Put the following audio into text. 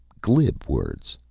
glib words.